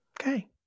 Okay